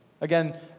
Again